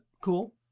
cool